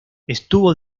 estuvo